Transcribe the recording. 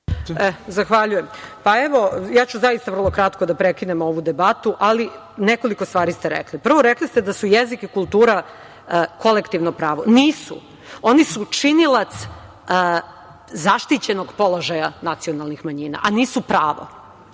Zaista, ja ću vrlo kratko, da prekinem ovu debatu, ali nekoliko stvari ste rekli. Prvo, rekli ste da su jezik i kultura kolektivno pravo. Nisu. Oni su činilac zaštićenog položaja nacionalnih manjina, a nisu pravo.